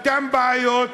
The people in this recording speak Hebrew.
אותן בעיות,